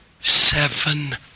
seven